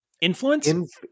influence